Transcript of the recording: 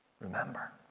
Remember